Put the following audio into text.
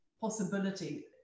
possibility